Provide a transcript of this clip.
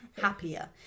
happier